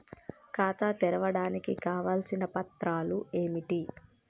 ఖాతా తెరవడానికి కావలసిన పత్రాలు ఏమిటి?